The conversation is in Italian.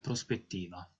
prospettiva